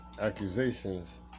accusations